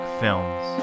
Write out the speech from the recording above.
films